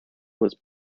was